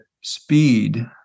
speed